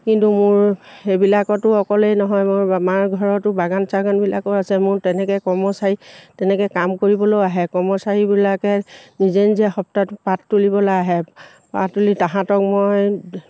কিন্তু মোৰ সেইবিলাকতো অকলেই নহয় মোৰ আমাৰ ঘৰতো বাগান চাগানবিলাকো আছে মোৰ তেনেকৈ কৰ্মচাৰী তেনেকৈ কাম কৰিবলৈও আহে কৰ্মচাৰীবিলাকে নিজে নিজে সপ্তাহটোত পাত তুলিবলৈ আহে পাত তুলি তাহাঁতক মই